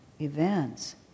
events